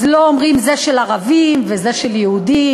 אז לא אומרים: זה של ערבים וזה של יהודים.